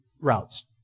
routes